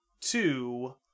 two